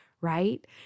Right